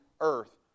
earth